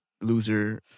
loser